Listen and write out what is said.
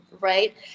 right